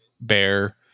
Bear